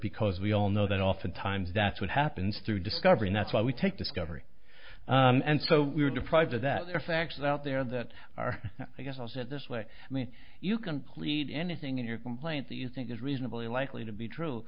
because we all know that oftentimes that's what happens through discovery and that's why we take discovery and so we were deprived of that there are facts out there that are i guess i'll say it this way i mean you can plead anything in your complaint that you think is reasonably likely to be true